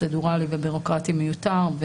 פרוצדורלי ובירוקרטי מיותר.